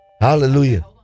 hallelujah